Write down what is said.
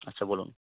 আচ্ছা বলুন